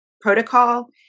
protocol